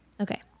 Okay